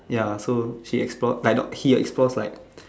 ya so she explored like he explored like